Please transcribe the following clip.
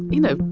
you know,